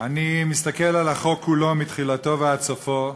אני מסתכל על החוק כולו, מתחילתו ועד סופו,